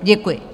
Děkuji.